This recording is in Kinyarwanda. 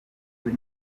nabo